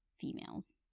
females